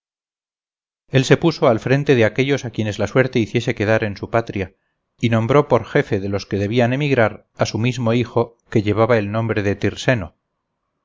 él se puso al frente de aquellos a quienes la suerte hiciese quedar en su patria y nombró por jefe de los que debían emigrar a su mismo hijo que llevaba el nombre de tyrseno